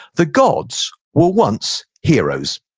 the gods were once heroes.